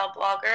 blogger